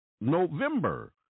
November